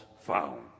found